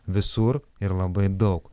visur ir labai daug